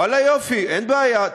ואללה יופי, אין בעיה.